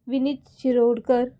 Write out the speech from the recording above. Vineet Shirodkar